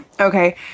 Okay